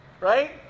right